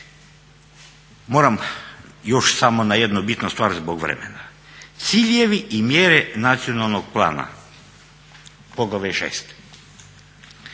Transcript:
Moram još samo na jednu bitnu stvar zbog vremena. Ciljevi i mjere nacionalnog plana, poglavlje